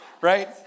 right